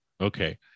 okay